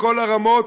בכל הרמות,